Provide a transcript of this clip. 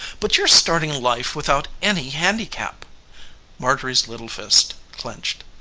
but you're starting life without any handicap marjorie's little fist clinched,